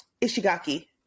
Ishigaki